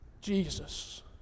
Jesus